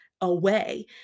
away